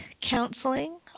counseling